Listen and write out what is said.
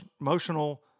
emotional